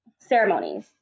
ceremonies